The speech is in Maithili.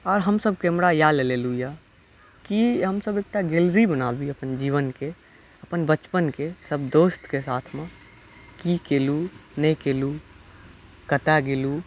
आ हमसब कैमरा इएह लए लेलहुॅं यऽ कि हमसब एकटा गैलरी बनाबी अपन जीवनके अपन बचपनके सब दोस्तके साथ मे की केलहुॅं नहि केलहुॅं कतऽ गेलहुॅं